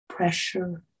pressure